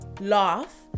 laugh